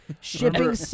Shipping